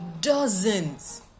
dozens